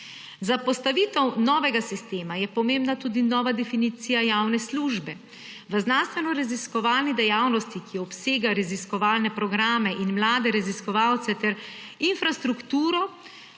Za postavitev novega sistema je pomembna tudi nova definicija javne službe. V znanstvenoraziskovalni dejavnosti, ki obsega raziskovalne programe in mlade raziskovalce ter infrastrukturo,